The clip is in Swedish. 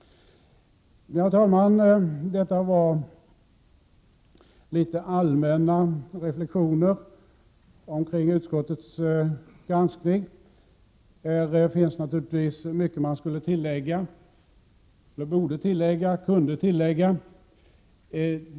Herr talman! Detta var några allmänna reflexioner kring utskottets granskning, och det finns naturligtvis mycket man kunde tillägga.